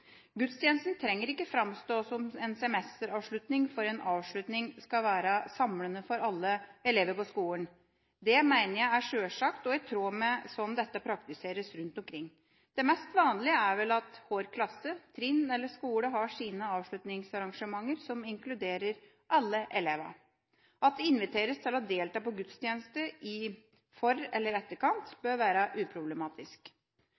Gudstjenesten trenger ikke framstå som en semesteravslutning, for en avslutning skal være samlende for alle elever på skolen. Det mener jeg er selvsagt, og i tråd med hvordan dette praktiseres rundt omkring. Det mest vanlige er vel at hver klasse, hvert trinn eller hver skole har sine avslutningsarrangementer, som inkluderer alle elever – at det inviteres til å delta på gudstjeneste i for- eller etterkant